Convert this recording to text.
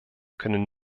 können